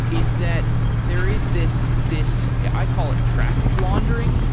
is that there is this this i call it traffic laundering,